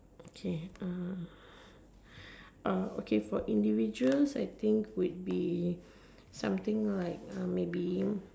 okay uh uh okay for individuals I think would be something like uh maybe